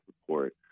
support